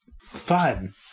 fun